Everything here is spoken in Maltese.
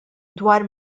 dwar